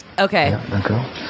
Okay